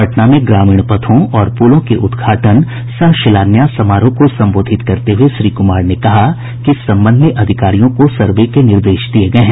पटना में ग्रामीण पथों और पुलों के उद्घाटन सह शिलान्यास समारोह को संबोधित करते हुए श्री कुमार ने कहा कि इस संबंध में अधिकारियों को सर्वे के निर्देश दिये गये हैं